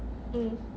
mm